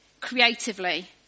Creatively